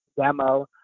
demo